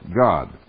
God